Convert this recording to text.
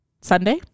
Sunday